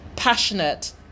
passionate